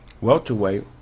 welterweight